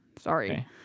sorry